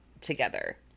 together